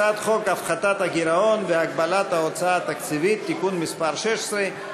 הצעת חוק הפחתת הגירעון והגבלת ההוצאה התקציבית (תיקון מס' 16)